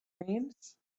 dreams